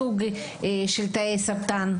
לסוג הסרטן.